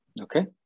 Okay